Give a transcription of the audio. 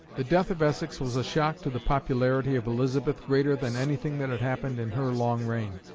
the death of essex was a shock to the popularity of elizabeth greater than anything that had happened in her long reign.